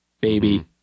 baby